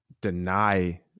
deny